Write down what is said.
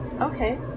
okay